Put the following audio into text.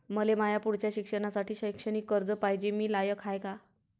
मले माया पुढच्या शिक्षणासाठी शैक्षणिक कर्ज पायजे, मी लायक हाय का?